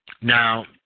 Now